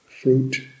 fruit